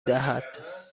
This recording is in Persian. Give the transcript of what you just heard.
دهد